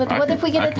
what if we get